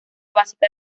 básica